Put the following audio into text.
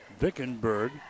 Vickenberg